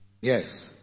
yes